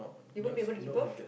they won't be able to give birth